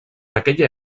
aquella